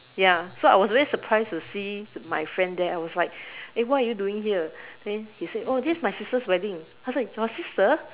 ya so I was very surprised to see my friend there I was like eh what are you doing here then he said oh this is my sister's wedding I was like your sister